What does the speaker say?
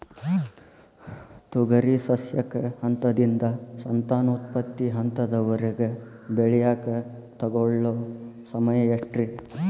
ತೊಗರಿ ಸಸ್ಯಕ ಹಂತದಿಂದ, ಸಂತಾನೋತ್ಪತ್ತಿ ಹಂತದವರೆಗ ಬೆಳೆಯಾಕ ತಗೊಳ್ಳೋ ಸಮಯ ಎಷ್ಟರೇ?